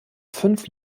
fünf